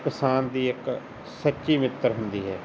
ਕਿਸਾਨ ਦੀ ਇੱਕ ਸੱਚੀ ਮਿੱਤਰ ਹੁੰਦੀ ਹੈ